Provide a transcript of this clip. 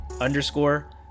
underscore